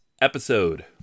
episode